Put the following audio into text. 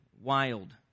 wild